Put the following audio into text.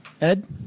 Ed